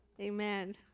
amen